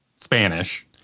Spanish